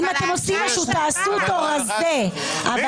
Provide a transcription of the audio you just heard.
אם אתם עושים משהו תעשו אותו רזה, אבל